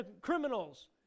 criminals